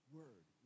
word